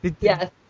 Yes